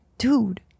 dude